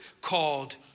called